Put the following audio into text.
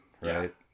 right